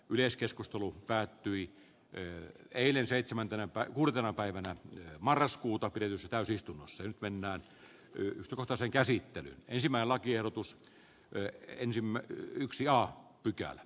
yleiskeskustelu päättyi myöhään eilen seitsemäntenä pää ulkona päivänä marraskuuta edelsi täysistunnossa nyt mennään yhä tuhota sen käsittely ensimmälakiehdotus lyö ensimme yksi aho pykälä